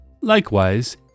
Likewise